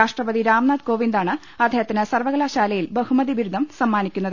രാഷ്ട്രപതി രാംനാഥ് കോവിന്ദാണ് അദ്ദേഹത്തിന് സർവകലാശാ ലയിൽ ബഹുമതി ബിരുദം സമ്മാനിക്കുന്നത്